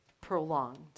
prolonged